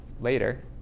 later